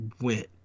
went